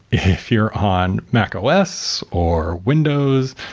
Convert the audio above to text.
if you're on mac os, or windows,